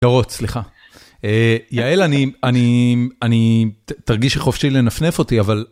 גרות, סליחה, יעל, אני אני אני, תרגישי חופשי לנפנף אותי אבל